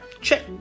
check